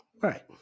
Right